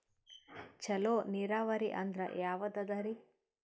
ಚಲೋ ನೀರಾವರಿ ಅಂದ್ರ ಯಾವದದರಿ?